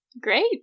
Great